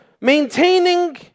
maintaining